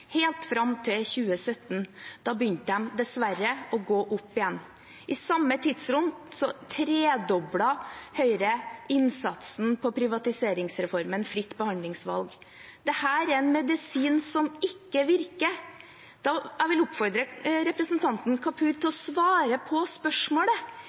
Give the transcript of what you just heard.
helt fram til 2017. Da begynte de dessverre å gå opp igjen. I samme tidsrom tredoblet Høyre innsatsen på privatiseringsreformen Fritt behandlingsvalg. Dette er en medisin som ikke virker. Jeg vil oppfordre representanten Kapur til